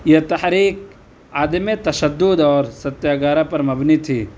یہ تحریک عدمِ تشدُّد اور ستیہ گرہ پر مبنی تھی